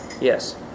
yes